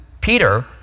Peter